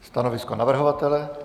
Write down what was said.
Stanovisko navrhovatele?